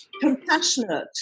compassionate